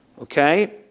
okay